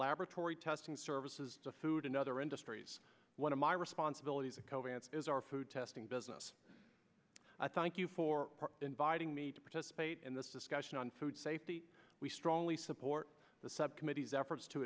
laboratory testing services to food and other industries one of my responsibilities at covance is our food testing business i thank you for inviting me to participate in this discussion on food safety we strongly support the subcommittee's efforts to